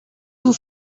vous